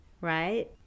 right